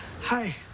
hi